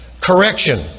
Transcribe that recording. Correction